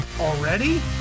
already